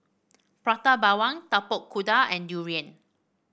Prata Bawang Tapak Kuda and durian